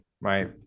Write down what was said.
Right